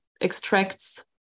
extracts